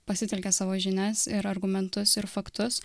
pasitelkia savo žinias ir argumentus ir faktus